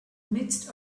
midst